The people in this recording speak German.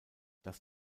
das